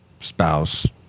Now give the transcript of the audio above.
spouse